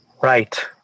Right